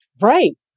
Right